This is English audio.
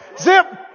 zip